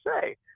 say